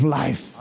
life